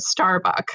Starbucks